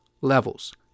levels